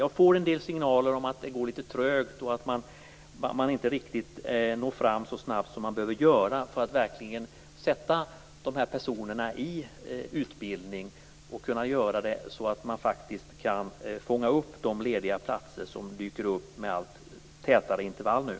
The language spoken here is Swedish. Jag får en del signaler om att det går litet trögt och att man inte riktigt når fram så snabbt som behövs för att man verkligen skall sätta dessa personer i utbildning och för att kunna göra det på ett sådant sätt att man faktiskt kan fånga upp de lediga platser som dyker upp med allt tätare intervaller.